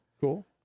cool